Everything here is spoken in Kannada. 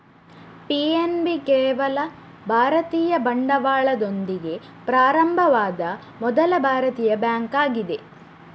ಪಿ.ಎನ್.ಬಿ ಕೇವಲ ಭಾರತೀಯ ಬಂಡವಾಳದೊಂದಿಗೆ ಪ್ರಾರಂಭವಾದ ಮೊದಲ ಭಾರತೀಯ ಬ್ಯಾಂಕ್ ಆಗಿದೆ